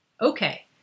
Okay